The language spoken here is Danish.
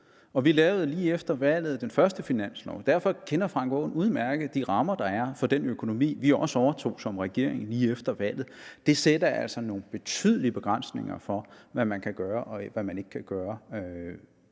Vi lavede lige efter valget den første finanslov, og derfor kender hr. Frank Aaen udmærket de rammer, der er for den økonomi, vi overtog som regering lige efter valget. Det sætter altså nogle betydelige begrænsninger for, hvad man kan gøre, og hvad man ikke kan gøre